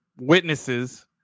witnesses